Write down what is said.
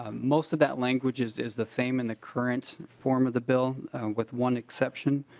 um most of that language is is the same in the current form of the bill with one exception.